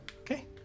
Okay